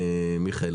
מיכאל,